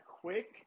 quick